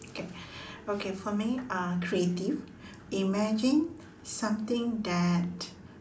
okay okay for me uh creative imagine something that